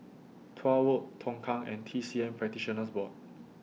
Tuah Road Tongkang and T C M Practitioners Board